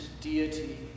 deity